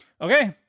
Okay